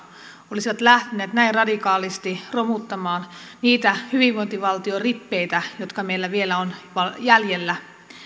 olisivat lähteneet näin radikaalisti romuttamaan niitä hyvinvointivaltion rippeitä jotka meillä vielä ovat jäljellä